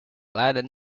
latin